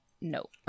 no